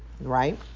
right